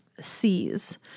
sees